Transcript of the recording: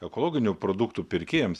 ekologinių produktų pirkėjams